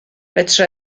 fedra